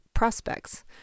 prospects